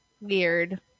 weird